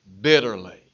bitterly